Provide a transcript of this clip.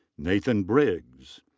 nathan briggs.